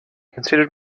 considered